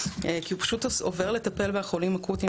כי הוא פשוט עובר לטפל בחולים יותר אקוטיים